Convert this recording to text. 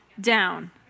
down